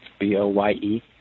B-O-Y-E